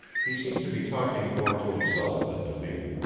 he seemed to be talking more to himself than to me,